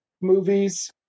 movies